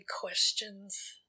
questions